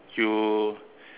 you